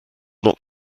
not